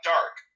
Dark